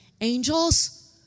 Angels